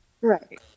Right